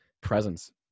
presence